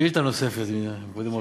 שאלה נוספת, אם כבודו מרשה.